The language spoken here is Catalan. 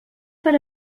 per